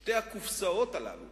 שתי הקופסאות הללו